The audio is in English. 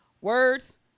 words